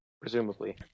presumably